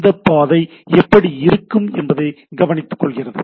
இந்த பாதை எப்படி இருக்கும் என்பதைப் பற்றி கவனித்துக் கொள்கிறது